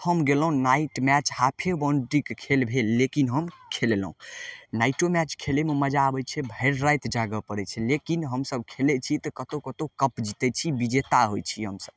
हम गेलहुँ night match हाफे बाउंड्रीके खेल भेल लेकिन हम खेललहुँ नाइटो मैच खेलयके मजा आबय छै भरि राति जागऽ पड़य छै लेकिन हमसब खेलय छी तऽ कतौ कतौ कप जीतय छी विजेता होइ छी हमसब